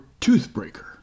toothbreaker